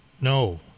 No